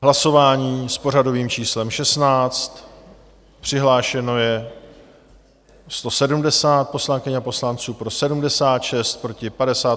Hlasování s pořadovým číslem 16, přihlášeno je 170 poslankyň a poslanců, pro 76, proti 58.